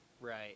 Right